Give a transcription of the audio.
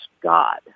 God